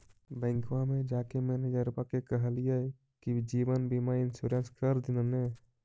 बैंकवा मे जाके मैनेजरवा के कहलिऐ कि जिवनबिमा इंश्योरेंस कर दिन ने?